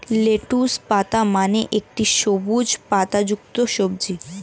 lettuce পাতা মানে একটি সবুজ পাতাযুক্ত সবজি